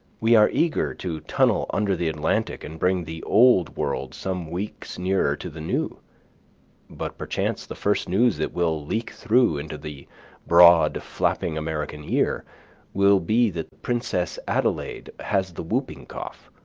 we are eager to tunnel under the atlantic and bring the old world some weeks nearer to the new but perchance the first news that will leak through into the broad, flapping american ear will be that the princess adelaide has the whooping cough.